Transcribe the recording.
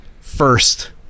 first